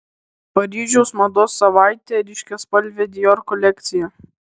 paryžiaus mados savaitė ryškiaspalvė dior kolekcija